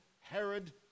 Herod